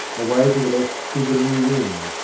away to the left stood the new wing,